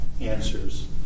answers